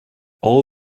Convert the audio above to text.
all